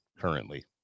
currently